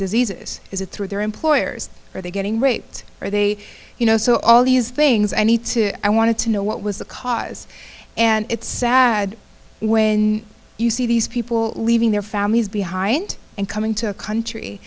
diseases is it through their employers are they getting raped or are they you know so all these things i need to i wanted to know what was the cause and it's sad when you see these people leaving their families behind and coming to a country